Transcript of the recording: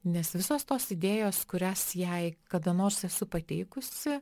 nes visos tos idėjos kurias jai kada nors esu pateikusi